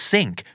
Sink